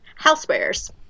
Housewares